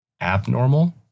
abnormal